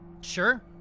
Sure